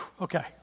Okay